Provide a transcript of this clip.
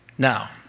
Now